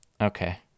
Okay